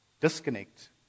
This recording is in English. disconnect